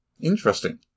Interesting